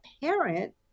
parent